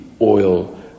oil